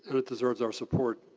and it deserves our support.